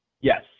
Yes